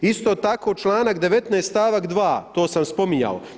Isto tako članak 19. stavak 2. to sam spominjao.